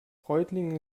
reutlingen